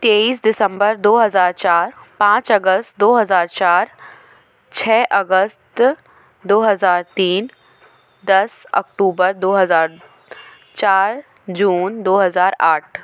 तेईस दिसंबर दो हज़ार चार पाँच अगस्त दो हज़ार चार छः अगस्त दो हज़ार तीन दस अक्टूबर दो हज़ार चार जून दो हज़ार आठ